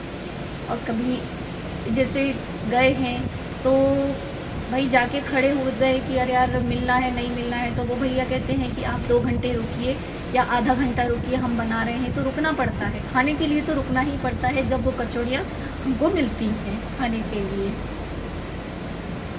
और कभी जैसे गए हैं तो भई जाकर खड़े हो गए कि अरे यार मिलना है नहीं मिलना है तो वह भैया कहते हैं कि आप दो घंटे रुकिए या आधा घंटा रुकिए हम बना रहे हैं तो रुकना पड़ता है खाने के लिए तो रुकना ही पड़ता है जब वो कचौड़ियाँ हमको मिलती हैं खाने के लिए